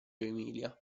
emilia